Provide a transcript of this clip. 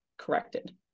corrected